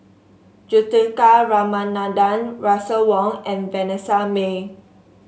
Juthika Ramanathan Russel Wong and Vanessa Mae